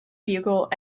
bugle